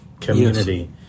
community